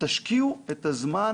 תשקיעו את הזמן